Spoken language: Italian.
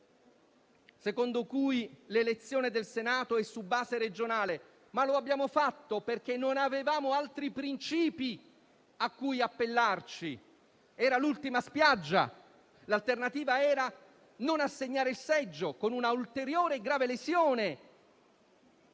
secondo cui l'elezione del Senato è su base regionale, ma lo abbiamo fatto perché non avevamo altri principi a cui appellarci: era l'ultima spiaggia; l'alternativa sarebbe stata non assegnare il seggio, con un'ulteriore grave lesione